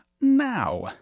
now